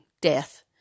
death